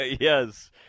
Yes